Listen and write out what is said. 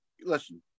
Listen